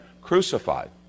crucified